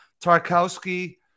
Tarkowski